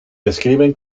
describen